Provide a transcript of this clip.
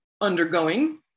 undergoing